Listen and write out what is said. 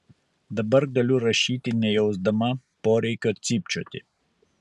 dabar galiu rašyti nejausdama poreikio cypčioti